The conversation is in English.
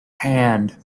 hand